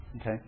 Okay